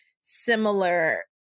similar